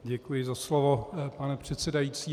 Děkuji za slovo, pane předsedající.